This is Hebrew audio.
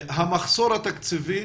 המחסור התקציבי,